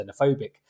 xenophobic